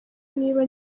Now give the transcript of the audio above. niba